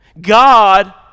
God